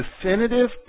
definitive